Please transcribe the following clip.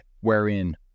wherein